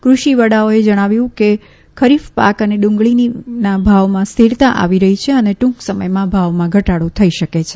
કૃષિ વડાઓએ જણાવ્યું કે ખરીફ પાક અને ડુંગળીના ભાવમાં સ્થિરતા આવી રહી છે અને ટ્રંક સમયમાં ભાવમાં ઘડાડો થઈ શકે છે